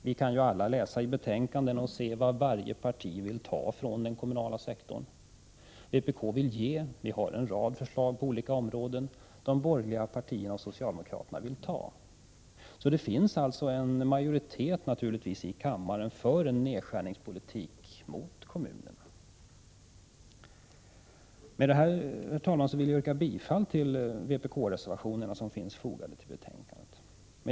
Alla kan läsa i betänkanden vad varje parti vill ta från den kommunala sektorn. Vpk vill ge, och vi har en rad förslag på olika områden. De borgerliga partierna och socialdemokraterna vill ta. Det finns alltså en majoritet i kammaren för en nedskärningspolitik mot kommunerna. Med detta vill jag, herr talman, yrka bifall till vpk-reservationerna som finns fogade till betänkandet.